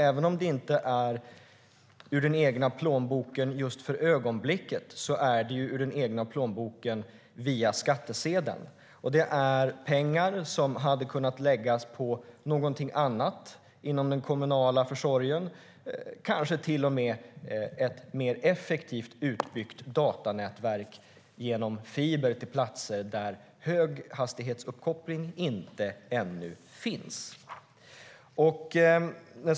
Även om det inte är ur den egna plånboken som den dras just för ögonblicket dras den ur den egna plånboken via skattsedeln. Det är pengar som hade kunnat läggas på någonting annat inom den kommunala verksamheten, kanske till och med ett mer effektivt utbyggt datanätverk genom fiber till platser där höghastighetsuppkoppling inte ännu finns.